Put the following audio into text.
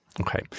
okay